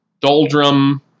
doldrum